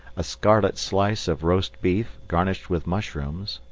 a scarlet slice of roast beef garnished with mushrooms,